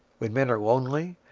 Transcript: when men are lonely,